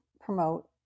promote